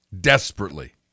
desperately